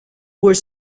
were